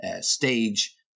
stage